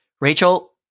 Rachel